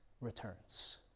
returns